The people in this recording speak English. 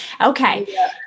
Okay